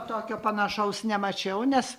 tokio panašaus nemačiau nes